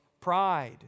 pride